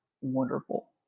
wonderful